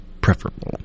preferable